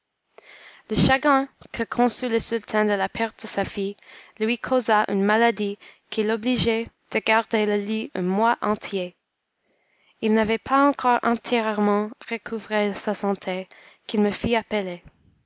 le chagrin que conçut le sultan de la perte de sa fille lui causa une maladie qui l'obligea de garder le lit un mois entier il n'avait pas encore entièrement recouvré sa santé qu'il me fit appeler